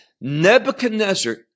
Nebuchadnezzar